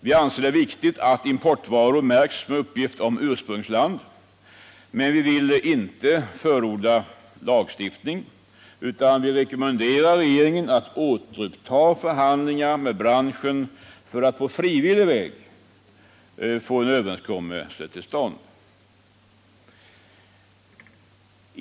Vi anser det viktigt att importvaror märks med uppgift om ursprungsland, men vi vill inte förorda lagstiftning om detta utan rekommenderar regeringen att återuppta förhandlingar med branschen för att på frivillig väg få till stånd en överenskommelse.